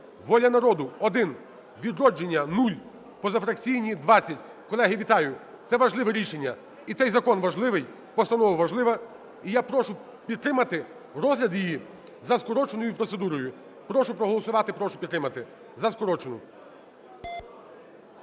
"Воля народу" – 1, "Відродження" – 0, позафракційні – 20. Колеги, вітаю! Це важливе рішення і цей закон важливий, постанова важлива. І я прошу підтримати розгляд її за скороченою процедурою. Прошу проголосувати, прошу підтримати за скорочену.